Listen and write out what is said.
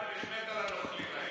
קרעי מת על הנוכלים האלה.